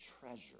treasure